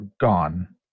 gone